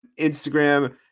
Instagram